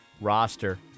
roster